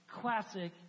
classic